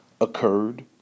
occurred